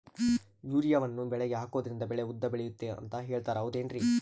ಯೂರಿಯಾವನ್ನು ಬೆಳೆಗೆ ಹಾಕೋದ್ರಿಂದ ಬೆಳೆ ಉದ್ದ ಬೆಳೆಯುತ್ತೆ ಅಂತ ಹೇಳ್ತಾರ ಹೌದೇನ್ರಿ?